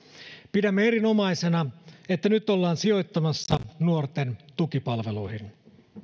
pidämme erinomaisena että nyt ollaan sijoittamassa nuorten tukipalveluihin